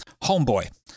Homeboy